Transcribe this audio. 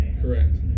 Correct